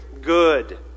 good